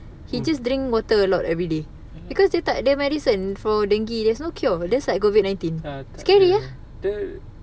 he just drink water a lot everyday because dia tak ada medicine for dengue there's no cure just like COVID nineteen scary ah